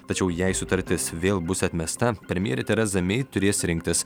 tačiau jei sutartis vėl bus atmesta premjerė tereza mei turės rinktis